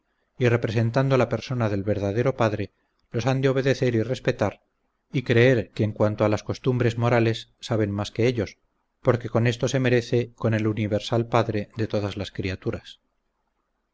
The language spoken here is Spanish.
y representando la persona del verdadero padre los han de obedecer y respetar y creer que en cuanto a las costumbres morales saben más que ellos porque con esto se merece con el universal padre de todas las criaturas